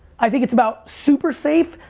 i think it's about super safe,